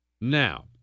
Now